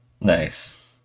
Nice